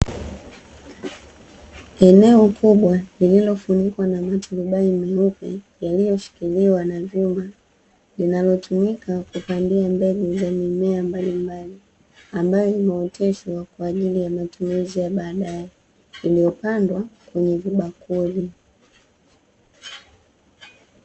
Eneo kubwa lililofunikwa na maturubai meupe yaliyoshikiliwa na vyuma linalotumika kupandia mbegu za mimea mbalimbali, ambayo huoteshwa kwaajili ya matumizi ya baadae iliyopandwa kwenye vibakuli.